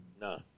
No